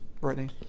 Brittany